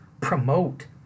promote